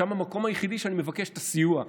שם זה המקום היחיד שבו אני מבקש את הסיוע,